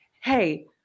hey